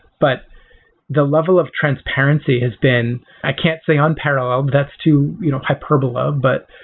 but the level of transparency has been i can't say unparalleled. that's too you know hyperbola, but